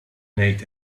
ngħid